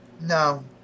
No